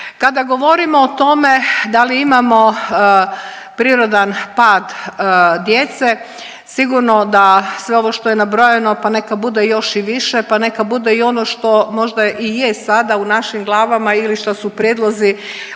Kada govorimo o tome da li imamo prirodan pad djece sigurno da sve ovo što je nabrojano pa nekada bude još i više, pa neka bude i ono što možda i je sada u našim glavama ili što su prijedlozi od svih